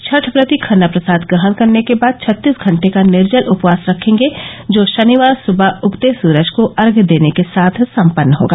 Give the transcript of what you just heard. छठव्रती खरना प्रसाद ग्रहण करने के बाद छत्तीस घंटे का निर्जल उपवास रखेंगे जो शनिवार सुबह उगते सूरज को अर्धय देने के साथ सम्पन्न होगा